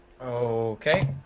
Okay